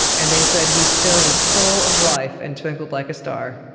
and they said he still was full of life and twinkled like a star.